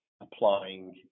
applying